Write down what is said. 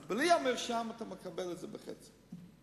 אז בלי המרשם אתה מקבל את זה בחצי מחיר.